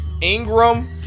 Ingram